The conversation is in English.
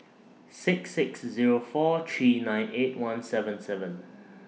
six six Zero four three nine eight one seven seven